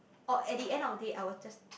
or at the end of the day I will just